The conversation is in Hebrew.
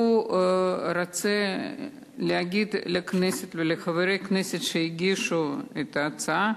הוא רוצה להגיד לכנסת ולחברי הכנסת שהגישו את ההצעה,